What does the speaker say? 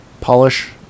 Polish